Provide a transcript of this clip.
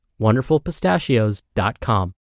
wonderfulpistachios.com